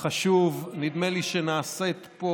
אחריו, חבר הכנסת יועז הנדל כשר התקשורת לשעבר,